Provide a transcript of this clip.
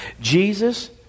Jesus